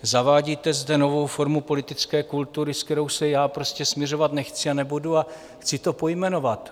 Zavádíte zde novou formu politické kultury, se kterou se já prostě smiřovat nechci a nebudu, a chci to pojmenovat.